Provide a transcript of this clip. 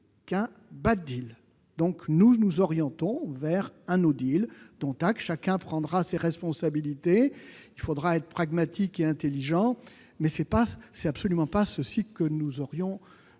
que nous nous orientons. Dont acte. Chacun prendra ses responsabilités, il faudra être pragmatique et intelligent. Mais ce n'est absolument pas ce que nous aurions souhaité.